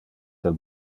del